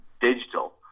digital